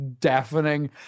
deafening